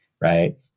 Right